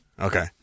Okay